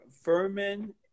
Furman